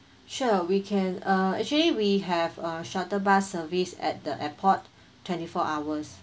sure we can uh actually we have a shuttle bus service at the airport twenty four hours